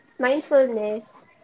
Mindfulness